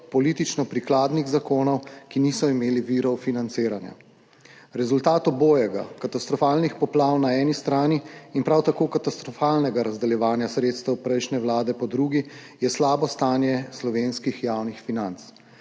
politično prikladnih zakonov, ki niso imeli virov financiranja. Rezultat obojega, katastrofalnih poplav na eni strani in prav tako katastrofalnega razdeljevanja sredstev prejšnje vlade po drugi, je slabo stanje slovenskih javnih financ.